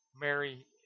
Mary